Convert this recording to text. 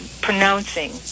pronouncing